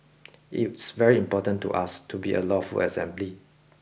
it's very important to us to be a lawful assembly